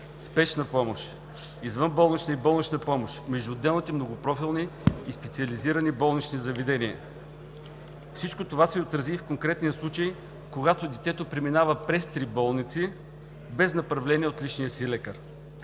„Спешна помощ“, извънболнична и болнична помощ, между отделните многопрофилни и специализирани болнични заведения. Всичко това се отрази и в конкретния случай, когато детето преминава през три болници без направление от личния си лекар.